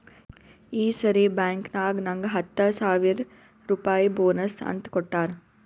ಈ ಸರಿ ಬ್ಯಾಂಕ್ನಾಗ್ ನಂಗ್ ಹತ್ತ ಸಾವಿರ್ ರುಪಾಯಿ ಬೋನಸ್ ಅಂತ್ ಕೊಟ್ಟಾರ್